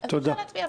תודה.